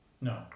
no